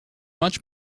much